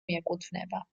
მიეკუთვნება